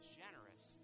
generous